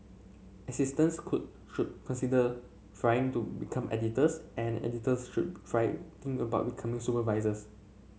assistants could should consider trying to become editors and editors should try think about becoming supervisors